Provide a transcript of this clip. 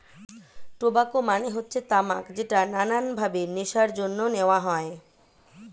tobacco মানে হচ্ছে তামাক যেটা নানান ভাবে নেশার জন্য নেওয়া হয়